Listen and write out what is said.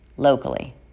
locally